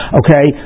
okay